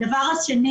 הדבר השני